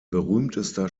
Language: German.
berühmtester